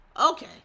okay